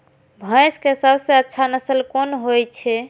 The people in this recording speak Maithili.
भैंस के सबसे अच्छा नस्ल कोन होय छे?